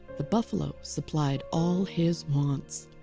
the buffalo supplied all his wants.